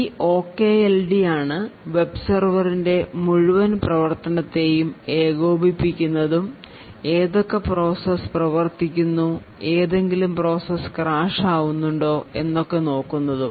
ഈ OKLD ആണ് web സർവർൻറെ മുഴുവൻ പ്രവർത്തനത്തേയും ഏകോപിപ്പിക്കുന്നതിനും ഏതൊക്കെ പ്രോസസ് പ്രവർത്തിക്കുന്നു ഏതെങ്കിലും പ്രോസസ് ക്രാഷ് ആവുന്നുണ്ടോ എന്നൊക്കെ നോക്കുന്നതും